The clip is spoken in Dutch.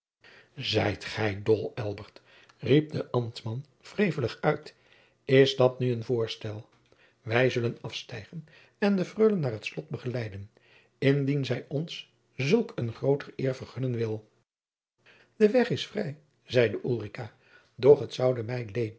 zijt gij dol elbert riep de ambtman wrevelig uit is dat nu een voorstel wij zullen afstijgen en de freule naar het slot begeleiden indien zij ons zulk eene groote eer vergunnen wil de weg is vrij zeide ulrica doch het zoude